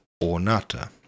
ornata